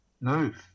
move